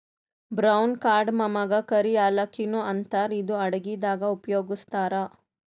brown ಕಾರ್ಡಮಮಗಾ ಕರಿ ಯಾಲಕ್ಕಿ ನು ಅಂತಾರ್ ಇದು ಅಡಗಿದಾಗ್ ಉಪಯೋಗಸ್ತಾರ್